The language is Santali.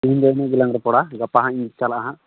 ᱛᱮᱦᱮᱧ ᱫᱚ ᱤᱱᱟᱹᱜ ᱜᱮᱞᱟᱝ ᱨᱚᱯᱚᱲᱟ ᱜᱟᱯᱟ ᱦᱟᱸᱜ ᱤᱧ ᱪᱟᱞᱟᱜᱼᱟ